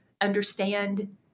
understand